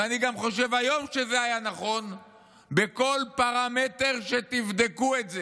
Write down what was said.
ואני חושב היום שזה היה נכון בכל פרמטר שתבדקו את זה,